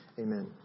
amen